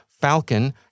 Falcon